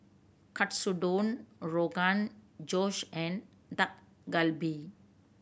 Katsudon Rogan Josh and Dak Galbi